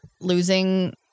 losing